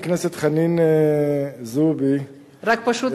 רק פשוט,